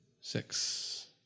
six